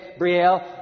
Brielle